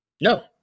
No